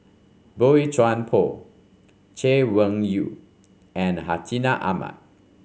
Boey Chuan Poh Chay Weng Yew and Hartinah Ahmad